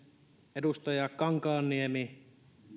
edustaja kankaanniemi